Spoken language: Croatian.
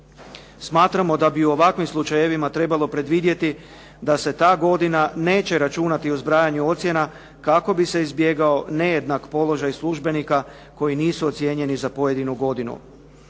Smatramo da bi u ovakvim slučajevima trebalo predvidjeti da se ta godina neće računati u zbrajanju ocjena kako bi se izbjegao nejednak položaj službenika koji nisu ocijenjeni za pojedinu godinu.